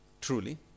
Truly